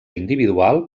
individual